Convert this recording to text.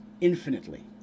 infinitely